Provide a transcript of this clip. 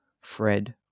Fred